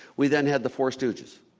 we then had the four stooges,